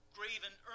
Graven